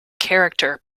character